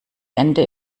ende